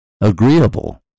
agreeable